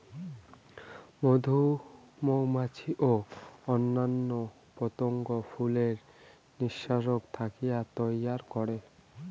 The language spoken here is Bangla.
মধু মৌমাছি ও অইন্যান্য পতঙ্গ ফুলের নির্যাস থাকি তৈয়ার করাং